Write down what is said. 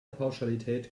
pauschalität